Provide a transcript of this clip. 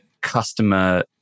customer